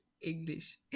English